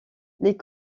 les